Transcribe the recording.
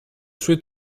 sue